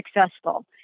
successful